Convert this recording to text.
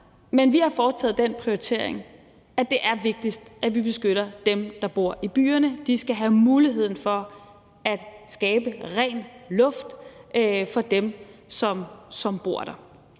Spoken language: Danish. Men vi har foretaget den prioritering, at det er vigtigst, at vi beskytter dem, der bor i byerne. Der skal være mulighed for at skabe ren luft for dem, der bor der.